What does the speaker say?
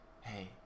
Hey